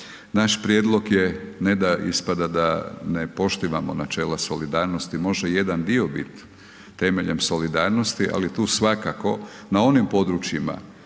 naš prijedlog je ne da ispada da ne poštivamo načela solidarnosti, može jedan dio bit temeljem solidarnosti ali tu svakako na onim područjima